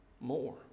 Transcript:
more